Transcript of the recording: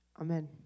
Amen